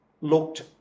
looked